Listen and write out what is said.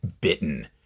bitten